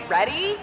Ready